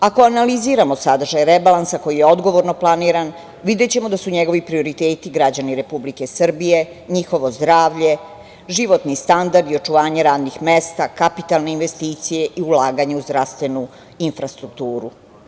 Ako analiziramo sadržaj rebalansa koji je odgovorno planiran, videćemo da su njegovi prioriteti građani Republike Srbije, njihovo zdravlje, životni standard i očuvanje radnih mesta, kapitalne investicije i ulaganje u zdravstvenu infrastrukturu.